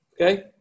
Okay